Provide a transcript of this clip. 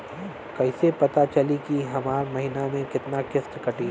कईसे पता चली की हमार महीना में कितना किस्त कटी?